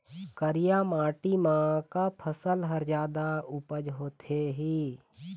करिया माटी म का फसल हर जादा उपज होथे ही?